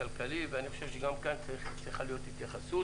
ואני חושב שגם כאן צריכה להיות התייחסות.